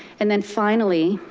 and then finally,